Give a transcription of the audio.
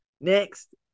next